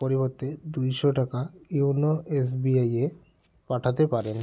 পরিবর্তে দুইশো টাকা ইউনো এস বি আই এ পাঠাতে পারেন